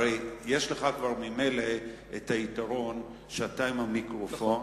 הרי יש לך כבר ממילא את היתרון שאתה עם המיקרופון,